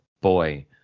Boy